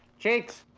cheeks,